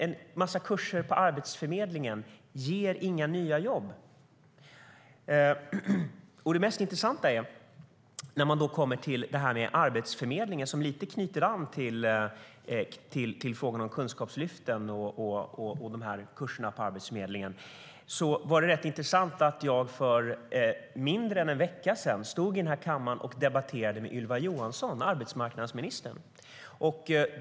En massa kurser på Arbetsförmedlingen ger inga nya jobb. När det gäller Arbetsförmedlingen och frågan om kunskapslyft är det rätt intressant att jag för mindre än en vecka sedan stod här i kammaren och debatterade med arbetsmarknadsminister Ylva Johansson.